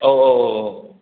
औ औ औ औ